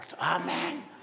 Amen